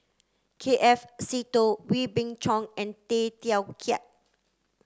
K F Seetoh Wee Beng Chong and Tay Teow Kiat